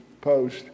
Post